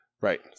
right